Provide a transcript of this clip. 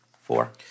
four